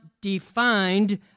defined